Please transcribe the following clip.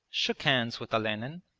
shook hands with olenin,